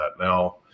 Now